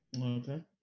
Okay